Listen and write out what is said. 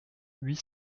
huit